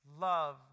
Love